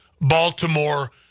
Baltimore